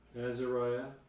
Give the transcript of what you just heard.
Azariah